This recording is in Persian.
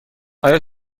آیا